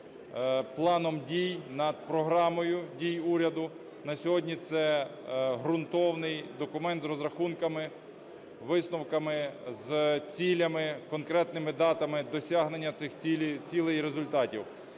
планом дій, над Програмою дій уряду. На сьогодні це ґрунтовний документ з розрахунками, висновками, з цілями, конкретними датами досягнення цих цілей і результатів.